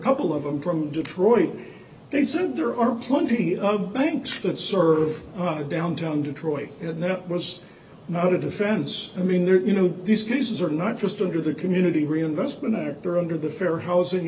couple of i'm from detroit they said there are plenty of banks that serve downtown detroit and that was not a defense i mean they're you know these cases are not just under the community reinvestment act they're under the fair housing